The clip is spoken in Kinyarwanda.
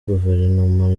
guverinoma